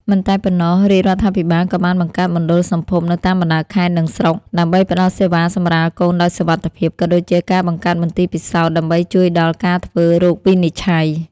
មិនតែប៉ុណ្ណោះ រាជរដ្ឋាភិបាលក៏បានបង្កើតមណ្ឌលសម្ភពនៅតាមបណ្ដាខេត្ត និងស្រុក ដើម្បីផ្ដល់សេវាសម្រាលកូនដោយសុវត្ថិភាព ក៏ដូចជាការបង្កើតមន្ទីរពិសោធន៍ដើម្បីជួយដល់ការធ្វើរោគវិនិច្ឆ័យ។